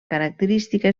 característica